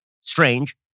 strange